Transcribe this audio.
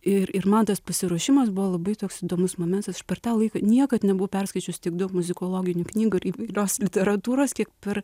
ir ir man tas pasiruošimas buvo labai toks įdomus momentas per tą laiką niekad nebuvau perskaičius tiek daug muzikologinių knygų ir įvairios literatūros kiek per